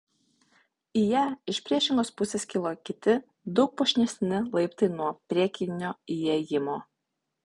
į ją iš priešingos pusės kilo kiti daug puošnesni laiptai nuo priekinio įėjimo